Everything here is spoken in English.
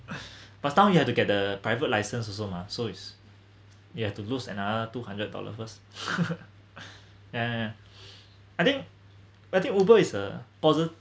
uh but now you have to get the private license also mah so it's you have to lose another two hundred dollar first and I think whether Uber is a posi~